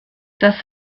das